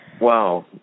Wow